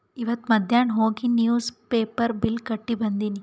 ಇವತ್ ಮಧ್ಯಾನ್ ಹೋಗಿ ನಿವ್ಸ್ ಪೇಪರ್ ಬಿಲ್ ಕಟ್ಟಿ ಬಂದಿನಿ